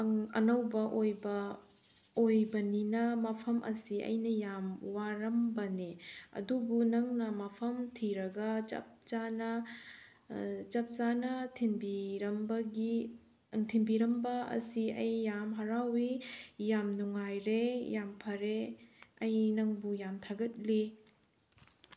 ꯑꯅꯧꯕ ꯑꯣꯏꯕ ꯑꯣꯏꯕꯅꯤꯅ ꯃꯐꯝ ꯑꯁꯤ ꯑꯩꯅ ꯌꯥꯝ ꯋꯥꯔꯝꯕꯅꯦ ꯑꯗꯨꯕꯨ ꯅꯪꯅ ꯃꯐꯝ ꯊꯤꯔꯒ ꯆꯞꯆꯥꯅ ꯆꯞꯆꯥꯅ ꯊꯤꯟꯕꯤꯔꯝꯕꯒꯤ ꯊꯤꯟꯕꯤꯔꯝꯕ ꯑꯁꯤ ꯑꯩ ꯌꯥꯝ ꯍꯔꯥꯎꯋꯤ ꯌꯥꯝ ꯅꯨꯡꯉꯥꯏꯔꯦ ꯌꯥꯝ ꯐꯔꯦ ꯑꯩ ꯅꯪꯕꯨ ꯌꯥꯝ ꯊꯥꯒꯠꯂꯤ